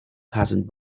peasant